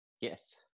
Yes